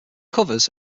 covers